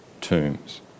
tombs